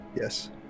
yes